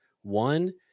one